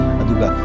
aduga